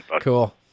Cool